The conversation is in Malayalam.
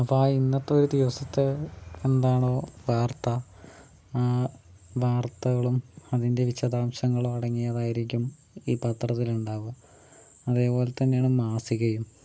അപ്പോൾ ആ ഇന്നത്തെ ഒരു ദിവസത്തെ എന്താണോ വാർത്ത വാർത്തകളും അതിൻ്റെ വിഷദംശങ്ങളും അടങ്ങിയതായിരിക്കും ഈ പത്രത്തില് ഉണ്ടാവുക അതേപോലെ തന്നെയാണ് മാസികയും